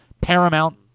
Paramount